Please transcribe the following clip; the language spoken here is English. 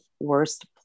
worst